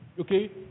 okay